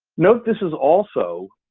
note, this is also